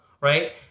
Right